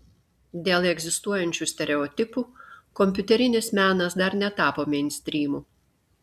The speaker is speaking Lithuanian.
dėl egzistuojančių stereotipų kompiuterinis menas dar netapo meinstrymu